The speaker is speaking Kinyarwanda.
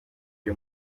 ryo